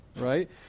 right